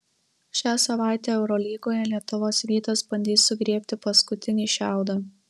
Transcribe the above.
šią savaitę eurolygoje lietuvos rytas bandys sugriebti paskutinį šiaudą